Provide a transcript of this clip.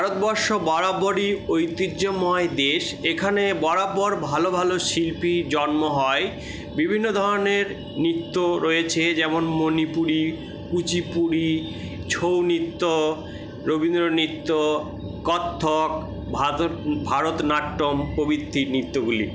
ভারতবর্ষ বরাবরই ঐতিহ্যময় দেশ এখানে বরাবর ভালো ভালো শিল্পির জন্ম হয় বিভিন্ন ধরনের নৃত্য রয়েছে যেমন মনিপুরি কুচিপুড়ি ছৌনৃত্য রবীন্দ্রনিত্য কত্থক ভাদুর ভারতনাট্যম প্রভৃতি নিত্যগুলি